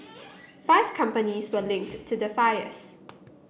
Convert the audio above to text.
five companies were linked to the fires